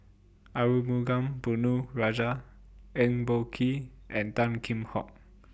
Arumugam Ponnu Rajah Eng Boh Kee and Tan Kheam Hock